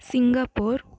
Singapore